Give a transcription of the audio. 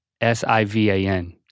S-I-V-A-N